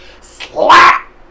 slap